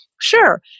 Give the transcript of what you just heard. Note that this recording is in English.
Sure